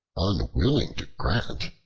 unwilling to grant,